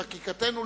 בחקיקתנו,